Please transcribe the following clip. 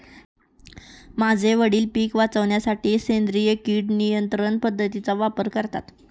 माझे वडील पिक वाचवण्यासाठी सेंद्रिय किड नियंत्रण पद्धतीचा वापर करतात